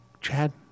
Chad